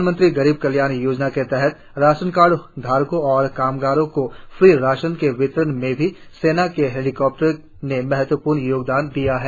प्रधानमंत्री गरीब कल्याण योजना के तहत राशन कार्ड धारको और कामगारों को फ्री राशन के वितरण में भी सेना के हेलीकॉप्टरों ने महत्वपूर्ण योगदान दिया है